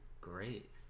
great